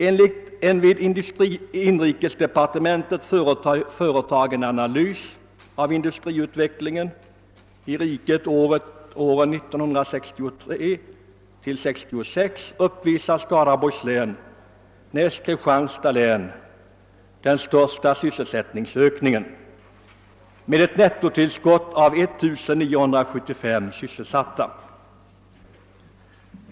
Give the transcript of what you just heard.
Enligt en i inrikesdepartementet företagen analys av industriutvecklingen i riket åren 1963—1966 uppvisar Skaraborgs län näst Kristianstads län den största sysselsättningsökningen med ett nettotillskott av 1975 sysselsatta.